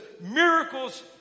miracles